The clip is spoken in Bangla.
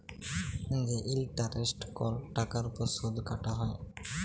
যে ইলটারেস্ট কল টাকার উপর সুদ কাটা হ্যয়